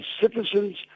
citizens